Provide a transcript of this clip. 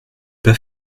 pas